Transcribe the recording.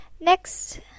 Next